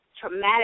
traumatic